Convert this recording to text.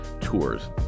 tours